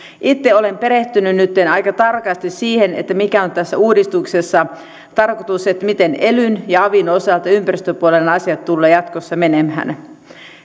itse olen perehtynyt nytten aika tarkasti siihen mikä on tässä uudistuksessa tarkoitus miten elyn ja avin osalta ympäristöpuolen asiat tulevat jatkossa menemään